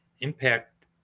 impact